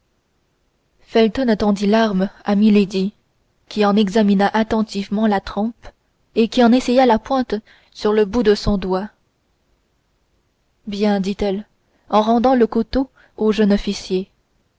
felton tendit l'arme à milady qui en examina attentivement la trempe et qui en essaya la pointe sur le bout de son doigt bien dit-elle en rendant le couteau au jeune officier